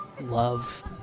love